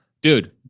dude